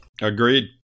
Agreed